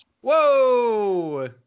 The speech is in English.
Whoa